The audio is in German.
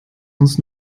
uns